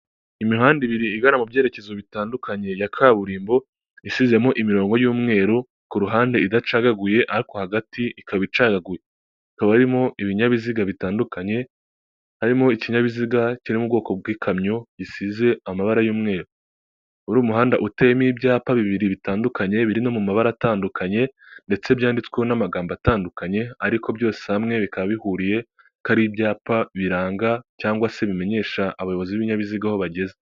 Imihanda ibiri igana mu byerekezo bitandukanye ya kaburimbo isizemo imirongo y'umweru ku ruhande idacagaguye ariko hagati ikaba icagaguye, hakabarimo ibinyabiziga bitandukanye harimo ikinyabiziga kirimo mu ubwoko bw'ikamyo isize amabara y'umweru, uri umuhanda uteyemo ibyapa bibiri bitandukanye biri no mu mabara atandukanye ndetse byanditsweho n'amagambo atandukanye ariko byose hamwe bikaba bihuriye kori ibyapa biranga cyangwa se ibimenyesha abayobozi b'ibinyabiziga aho bageze.